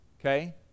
Okay